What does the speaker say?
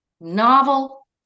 novel